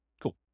Cool